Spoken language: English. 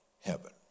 heaven